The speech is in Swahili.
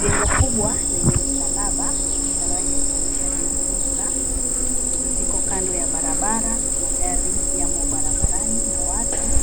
Jengo kubwa lenye msalaba, ishara yake kuonyesha kuwa ni kanisa. Liko kando ya barabara, magari yamo barabarani na watu